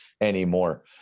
anymore